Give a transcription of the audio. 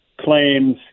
claims